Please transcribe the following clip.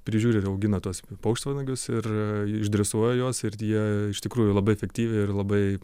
prižiūri ir augina tuos paukštvanagius ir išdresuoja juos ir jie iš tikrųjų labai efektyviai ir labai